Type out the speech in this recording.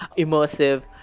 immersive,